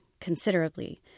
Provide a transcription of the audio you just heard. considerably